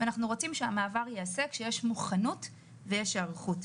אנחנו רוצים שהמעבר ייעשה כשיש מוכנות ויש היערכות.